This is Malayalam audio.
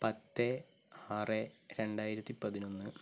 പത്ത് ആറേ രണ്ടായിരത്തി പതിനൊന്ന്